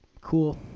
Cool